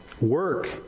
Work